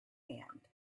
hand